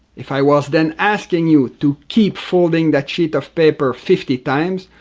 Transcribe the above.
if i was then asking you to keep folding that sheet of paper fifty times,